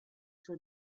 suo